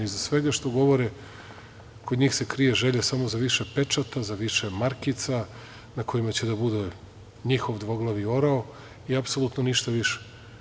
Iza svega što govore, kod njih se krije želja samo za više pečata, za više markica, na kojima će da bude njihov dvoglavi orao i apsolutno ništa više.